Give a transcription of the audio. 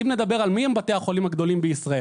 אם נדבר על מי הם בתי החולים הגדולים בישראל,